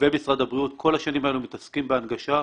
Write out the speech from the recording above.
ומשרד הבריאות כל השנים האלה מתעסקים בהנגשה.